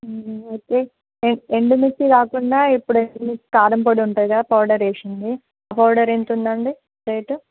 అయితే ఎండుమిర్చి కాకుండా ఇప్పుడు ఎండుమిర్చి కారంపొడి ఉంటుంది కదా పౌడర్ వేసింది ఆ పౌడర్ ఎంతుందండి రేటు